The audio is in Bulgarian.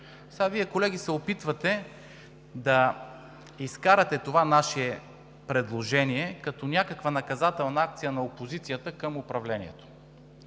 Сега Вие, колеги, се опитвате да изкарате това наше предложение като някаква наказателна акция на опозицията към управлението.